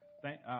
Thank